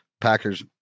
Packers